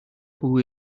who